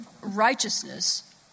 righteousness